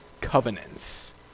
covenants